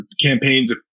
campaigns